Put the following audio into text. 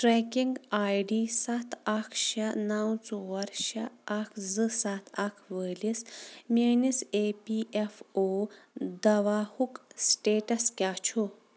trekking I D سَتھ اَکھ شےٚ نَو ژور شےٚ اَکھ زٕ سَتھ اَکھ وٲلِس میٛٲنِس اے پی اٮ۪ف او دَواہُک سٕٹیٹَس کیٛاہ چھُ